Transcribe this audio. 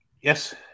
Yes